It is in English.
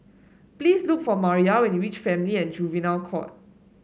please look for Maria when you reach Family and Juvenile Court